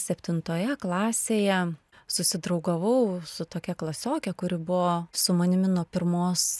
septintoje klasėje susidraugavau su tokia klasioke kuri buvo su manimi nuo pirmos